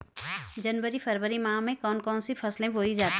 जनवरी फरवरी माह में कौन कौन सी फसलें बोई जाती हैं?